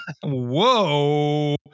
whoa